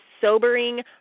sobering